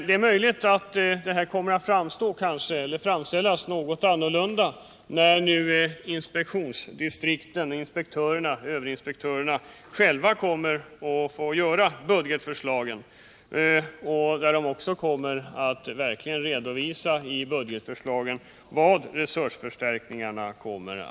Det är möjligt att det kommer att gå något annorlunda till när nu överinspektörerna själva skall göra upp budgetförslagen och också i dessa verkligen kommer att redovisa till vilka ändamål resursförstärkningarna behövs.